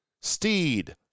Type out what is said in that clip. Steed